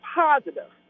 positive